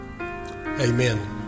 Amen